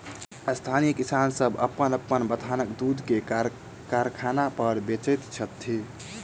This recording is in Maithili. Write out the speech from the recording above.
स्थानीय किसान सभ अपन अपन बथानक दूध के कारखाना पर बेचैत छथि